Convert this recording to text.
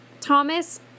Thomas